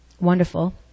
Wonderful